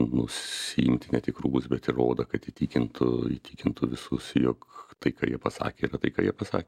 nusiimti ne tik rūbus bet ir odą kad įtikintų įtikintų visus jog tai ką jie pasakė yra tai ką jie pasak